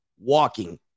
walking